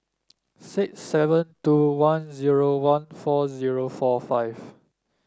six seven two one zero one four zero four five